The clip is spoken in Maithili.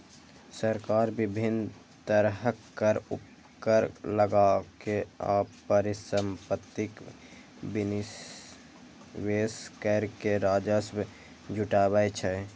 सरकार विभिन्न तरहक कर, उपकर लगाके आ परिसंपत्तिक विनिवेश कैर के राजस्व जुटाबै छै